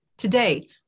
Today